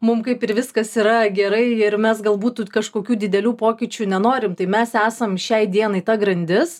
mum kaip ir viskas yra gerai ir mes galbūt tų kažkokių didelių pokyčių nenorim tai mes esam šiai dienai ta grandis